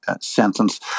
sentence